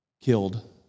killed